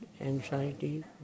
anxiety